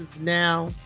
now